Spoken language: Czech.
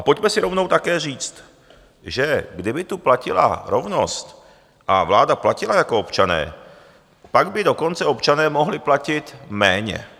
Pojďme si rovnou také říct, že kdyby tu platila rovnost a vláda platila jako občané, pak by dokonce občané mohli platit méně.